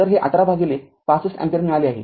तरहे १८ भागिले ६५ अँपिअर मिळाले आहे